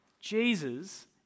Jesus